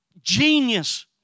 genius